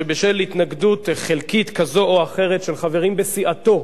שבשל התנגדות חלקית כזו או אחרת של חברים בסיעתו,